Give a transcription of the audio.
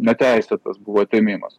neteisėtas buvo atėmimas